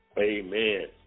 Amen